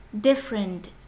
different